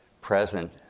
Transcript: present